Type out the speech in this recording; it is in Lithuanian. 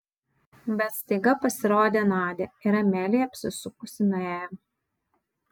bet staiga pasirodė nadia ir amelija apsisukusi nuėjo